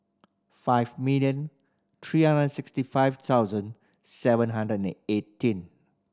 five million three hundred sixty five thousand seven hundred and eighteen